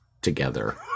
together